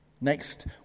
Next